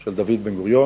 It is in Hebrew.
של דוד בן-גוריון.